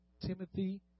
Timothy